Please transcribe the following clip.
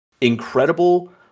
incredible